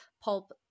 pulp